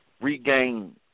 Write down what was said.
regain